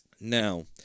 Now